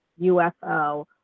UFO